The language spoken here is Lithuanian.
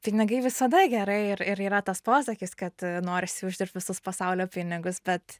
pinigai visada gerai ir ir yra tas posakis kad norisi uždirbt visus pasaulio pinigus bet